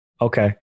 Okay